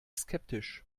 skeptisch